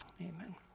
Amen